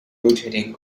rotating